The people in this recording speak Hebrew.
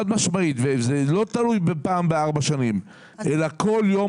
חד משמעית וזה לא תלוי בפעם בארבע שנים אלא כל יום